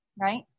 right